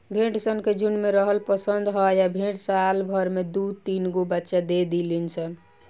भेड़ सन के झुण्ड में रहल पसंद ह आ भेड़ साल भर में दु तीनगो बच्चा दे देली सन